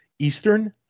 Eastern